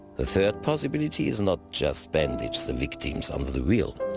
the third possibility is not just bandage the victims under the wheel,